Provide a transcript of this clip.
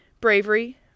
bravery